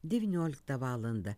devynioliktą valandą